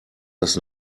das